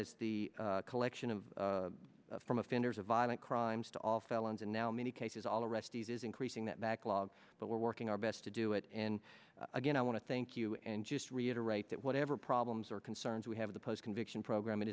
it's the collection of from offenders of violent crimes to all felons and now many cases all arrestees is increasing that backlog but we're working our best to do it and again i want to thank you and just reiterate that whatever problems or concerns we have of the post conviction program it